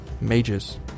mages